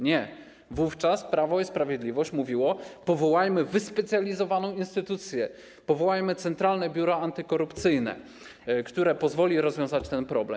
Nie, wówczas Prawo i Sprawiedliwość mówiło: powołajmy wyspecjalizowaną instytucję, powołajmy Centralne Biuro Antykorupcyjne, które pozwoli rozwiązać ten problem.